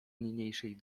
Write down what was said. niniejszej